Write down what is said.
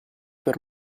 per